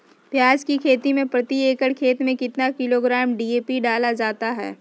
प्याज की खेती में प्रति एकड़ खेत में कितना किलोग्राम डी.ए.पी डाला जाता है?